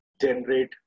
generate